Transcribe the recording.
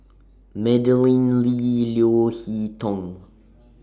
Madeleine Lee Leo Hee Tong